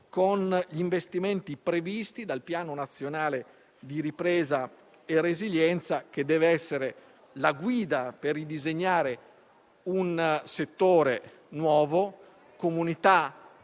con gli investimenti previsti dal Piano nazionale di ripresa e resilienza, che deve essere la guida per ridisegnare un settore nuovo. Si